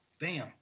bam